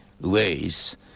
ways